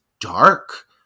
dark